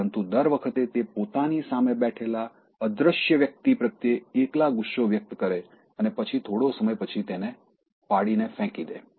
પરંતુ દર વખતે તે પોતાની સામે બેઠેલા અદ્રશ્ય વ્યક્તિ પ્રત્યે એકલા ગુસ્સો વ્યક્ત કરે અને પછી થોડો સમય પછી તેને ફાડીને ફેંકી દે